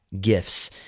gifts